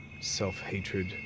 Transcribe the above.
self-hatred